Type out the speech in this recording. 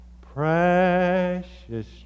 precious